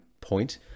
point